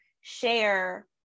share